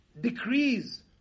decrees